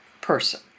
person